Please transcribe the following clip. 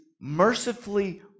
mercifully